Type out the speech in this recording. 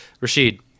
Rashid